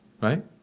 Right